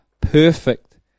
perfect